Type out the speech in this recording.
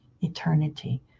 eternity